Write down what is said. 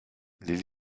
les